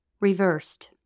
Reversed